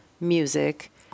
Music